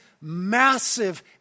massive